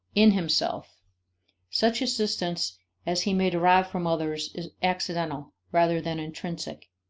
in himself such assistance as he may derive from others is accidental, rather than intrinsic.